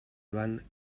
joan